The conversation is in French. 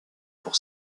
pour